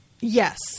Yes